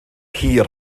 hir